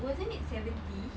wasn't it seventy